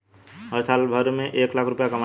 हम साल भर में एक लाख रूपया कमाई ला